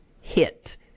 hit